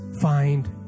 find